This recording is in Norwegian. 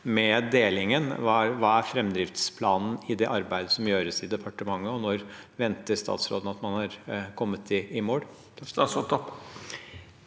Hva er framdriftsplanen i det arbeidet som gjøres i departementet, og når venter statsråden at man har kommet i mål?